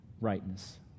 Rightness